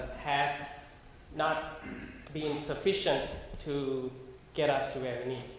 has not been sufficient to get up to?